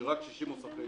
- שרק 60 מוסכים